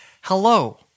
Hello